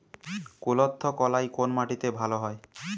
কুলত্থ কলাই কোন মাটিতে ভালো হয়?